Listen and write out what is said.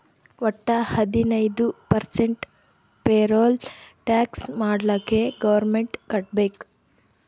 ವಟ್ಟ ಹದಿನೈದು percent payroll tax ಮಾಲ್ಲಾಕೆ ಗೌರ್ಮೆಂಟ್ಗ್ ಕಟ್ಬೇಕ್